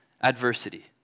adversity